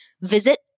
Visit